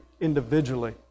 individually